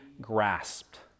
grasped